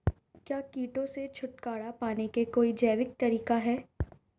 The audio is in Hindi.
क्या कीटों से छुटकारा पाने का कोई जैविक तरीका है?